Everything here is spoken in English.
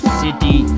city